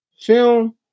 film